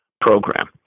program